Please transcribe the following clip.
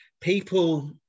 people